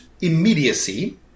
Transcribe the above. immediacy